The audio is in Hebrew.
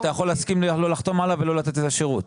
אתה יכול להסכים לא לחתום עליו ולא לתת את השירות.